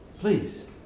Please